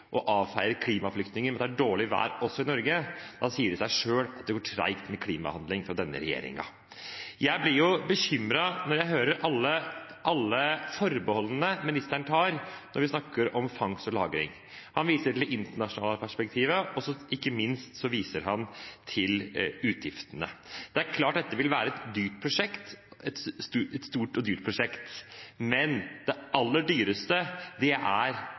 klimaflyktninger med at det er dårlig vær også i Norge, sier det seg selv at det går tregt med klimahandling fra denne regjeringen. Jeg blir jo bekymret når jeg hører alle forbeholdene ministeren tar når vi snakker om fangst og lagring. Han viser til det internasjonale perspektivet, og ikke minst viser han til utgiftene. Det er klart at dette vil være et stort og dyrt prosjekt, men det aller dyreste er klimaendringene. Er statsråden enig i at det aller dyreste vi gjør i klimapolitikken, er